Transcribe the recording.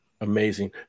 Amazing